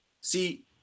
See